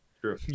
True